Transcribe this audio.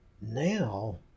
now